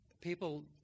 people